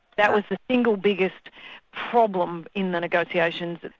that was the single biggest problem in the negotiations,